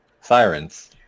Sirens